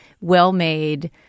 well-made